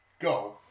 go